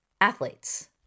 athletes